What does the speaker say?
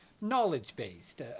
knowledge-based